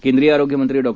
केंद्रीय आरोग्यमंत्री डॉ